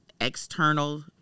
external